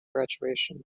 graduation